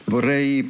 Vorrei